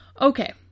okay